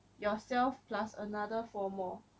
yourself plus another four more